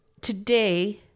today